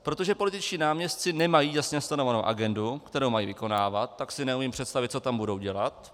Protože političtí náměstci nemají jasně stanovenou agendu, kterou mají vykonávat, tak si neumím představit, co tam budou dělat.